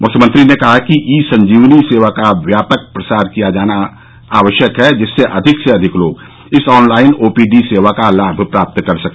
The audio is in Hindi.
मुख्यमंत्री ने कहा कि ई संजीवनी सेवा का व्यापक प्रचार प्रसार किया जाये जिससे अधिक से अधिक लोग इस ऑनलाइन ओपीडी सेवा का लाभ प्राप्त कर सके